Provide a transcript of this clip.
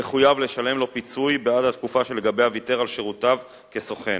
יחויב לשלם לו פיצוי בעד התקופה שלגביה ויתר על שירותיו כסוכן,